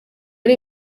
ari